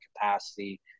capacity